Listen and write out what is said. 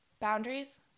boundaries